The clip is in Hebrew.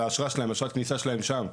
לאשרת כניסה שלהם שם,